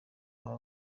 aba